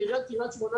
כעיריית קריית שמונה,